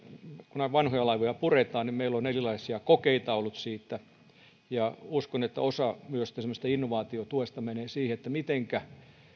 kun näitä vanhoja laivoja puretaan niin meillä on erilaisia kokeita ollut siitä uskon että osa myös esimerkiksi innovaatiotuesta menee siihen miten